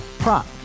Prop